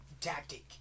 tactic